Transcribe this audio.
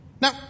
Now